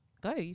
go